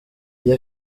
iyo